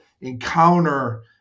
encounter